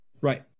Right